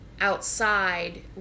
outside